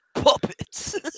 puppets